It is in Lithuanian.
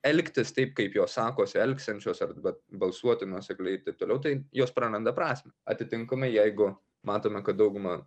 elgtis taip kaip jos sakos elgsiančios arba balsuoti nuosekliai ir taip toliau tai jos praranda prasmę atitinkamai jeigu matome kad dauguma